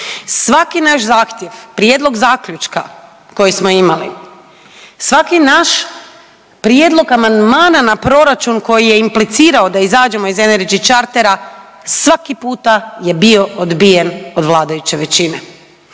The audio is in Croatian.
Svaki naš zahtjev, prijedlog zaključka koji smo imali, svaki naš prijedlog amandmana na proračun koji je implicirao da izađemo iz Energy chartera svaki puta je bio odbijen od vladajuće većine.